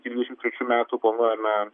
iki dvidešim trečių metų planuojame